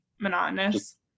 monotonous